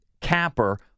capper